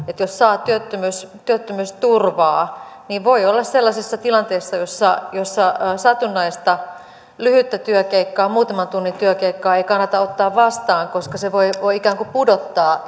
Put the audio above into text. jos saa työttömyysturvaa niin voi olla sellaisessa tilanteessa jossa jossa satunnaista lyhyttä työkeikkaa muutaman tunnin työkeikkaa ei kannata ottaa vastaan koska se voi ikään kuin pudottaa